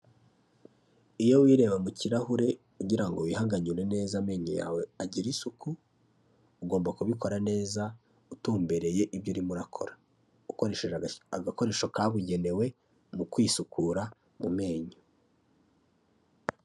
Iyo wireba mu kirahure ugira ngo wihanganyure neza amenyo yawe agire isuku, ugomba kubikora neza utumbereye ibyo urimo urakora ukoresheje agakoresho kabugenewe mu kwisukura mu menyo.